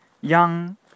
young